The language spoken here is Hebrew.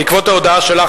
בעקבות ההודעה שלך,